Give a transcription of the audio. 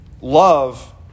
love